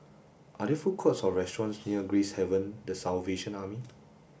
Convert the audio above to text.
are there food courts or restaurants near Gracehaven the Salvation Army